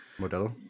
Modelo